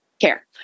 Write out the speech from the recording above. care